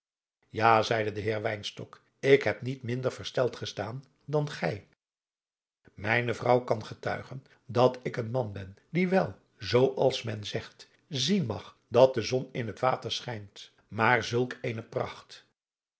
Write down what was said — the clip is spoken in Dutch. ja zeide de heer wynstok ik heb niet minder versteld gestaan dan gij mijne vrouw kan getuigen dat ik een man ben die wel zoo als men zegt zien mag dat de zon in het water schijnt maar zulk eene pracht